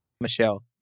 Michelle